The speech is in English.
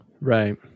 Right